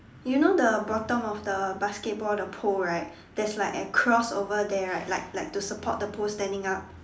you know the bottom of the basketball the pole right there's like a cross over there right like like to support the pole standing up